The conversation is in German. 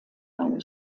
einen